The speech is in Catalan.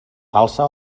falsa